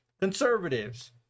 Conservatives